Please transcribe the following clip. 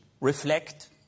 reflect